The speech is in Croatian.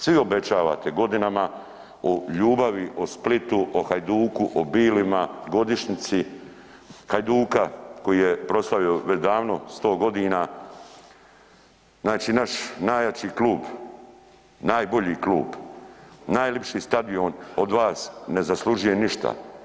Svi obećavate godinama o ljubavi, o Splitu, o Hajduku, o Bilima, godišnjici Hajduka koji je proslavio već davno 100 godina, znači naš najjači klub, najbolji klub, najlipši stadion od vas ne zaslužuje ništa.